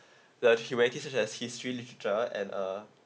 the accumulative such as history literature and uh the